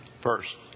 first